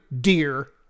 dear